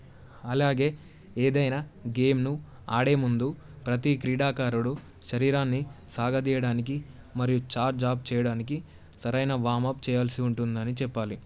అలాగే ఏదైనా గేమ్ను ఆడే ముందు ప్రతి క్రీడాకారుడు శరీరాన్ని సాగదీయడానికి మరియు ఛార్జ్ ఆప్ చేయడానికి సరైన వామప్ చేయాల్సి ఉంటుందని చెప్పాలి